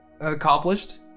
accomplished